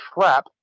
trap